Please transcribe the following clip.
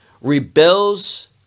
rebels